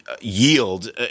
yield